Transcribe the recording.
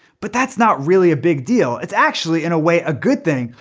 but that's not really a big deal. it's actually in a way a good thing,